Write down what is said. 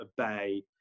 obey